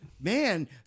Man